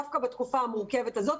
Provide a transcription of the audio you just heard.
דווקא בתקופה המורכבת הזאת.